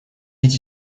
эти